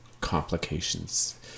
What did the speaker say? complications